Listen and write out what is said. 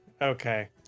okay